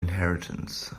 inheritance